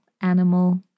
animal